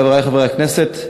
חברי חברי הכנסת,